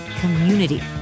community